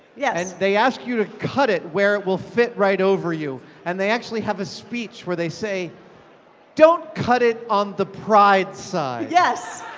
yeah and they ask you to cut it where it will fit right over you, and they actually have a speech where they say don't cut it on the pride side. yes!